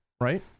Right